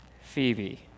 Phoebe